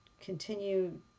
continue